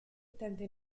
tenta